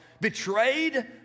Betrayed